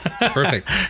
perfect